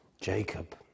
Jacob